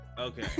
Okay